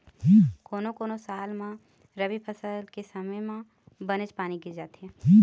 कोनो कोनो साल म रबी फसल के समे म बनेच पानी गिर जाथे